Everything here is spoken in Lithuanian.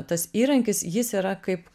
tas įrankis jis yra kaip